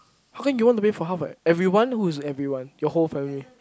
how come you want to pay for half a everyone who's everyone your whole family